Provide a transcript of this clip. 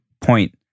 point